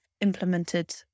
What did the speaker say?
implemented